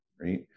right